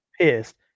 pissed